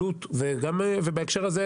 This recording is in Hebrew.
בהקשר הזה,